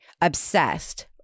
obsessed